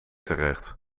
terecht